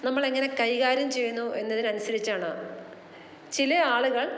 നമ്മൾ എങ്ങനെ കൈകാര്യം ചെയ്യുന്നു എന്നതിനനുസരിച്ചാണ് ചിലയാളുകൾ